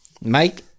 mike